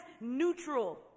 neutral